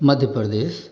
Madhya Pradesh